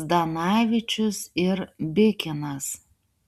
zdanavičius ir bikinas